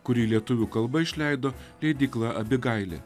kurį lietuvių kalba išleido leidykla abigailė